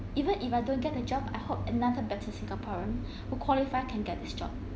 even if I don't get the job I hope another better singaporean who qualify can get this job